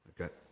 Okay